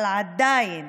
אבל עדיין